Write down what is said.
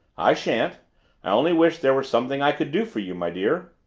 i shan't. i only wish there were something i could do for you, my dear.